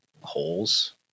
holes